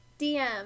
DM